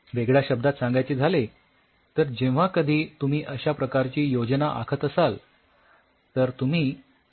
वेगळ्या शब्दांत सांगायचे झाले तर जेव्हा कधी तुम्ही अश्या प्रकारची योजना आखत असाल तर तुम्ही सबस्ट्रेटला अजून क्लिष्ट बनवत आहात